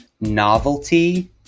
novelty